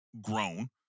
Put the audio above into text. grown